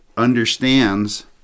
understands